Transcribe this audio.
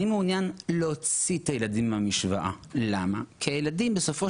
אני מעוניין להוציא את הילדים מהמשוואה כי הילדים בסופו